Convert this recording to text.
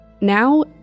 Now